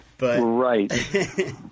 Right